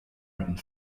and